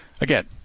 again